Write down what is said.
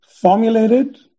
formulated